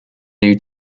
new